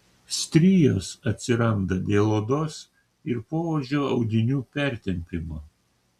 strijos atsiranda dėl odos ir poodžio audinių pertempimo